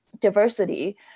diversity